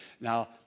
Now